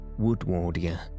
Woodwardia